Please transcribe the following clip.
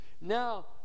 Now